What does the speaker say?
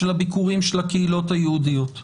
של הביקורים של הקהילות היהודיות.